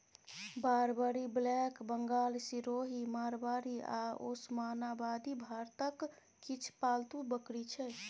Barbari, black Bengal, Sirohi, Marwari आ ओसमानाबादी भारतक किछ पालतु बकरी छै